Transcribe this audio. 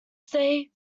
say